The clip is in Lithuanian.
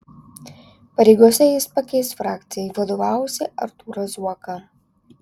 pareigose jis pakeis frakcijai vadovavusį artūrą zuoką